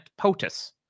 POTUS